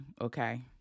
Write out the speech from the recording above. okay